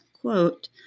quote